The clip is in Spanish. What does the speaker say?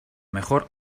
mejor